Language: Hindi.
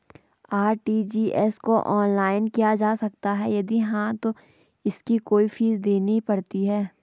आर.टी.जी.एस को ऑनलाइन किया जा सकता है यदि हाँ तो इसकी कोई फीस देनी पड़ती है?